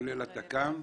כולל התכ"ם?